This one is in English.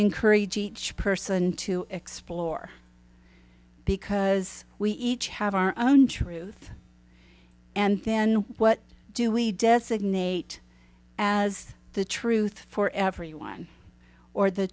encourage each person to explore because we each have our own truth and then what do we designate as the truth for everyone or the